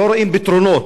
לא רואים פתרונות.